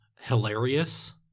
hilarious